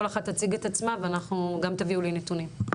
כל אחת תציג את עצמה ואנחנו, גם תביאו לי נתונים.